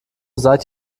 seid